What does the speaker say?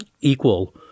equal